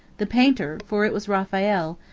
the painter, for it was raphael,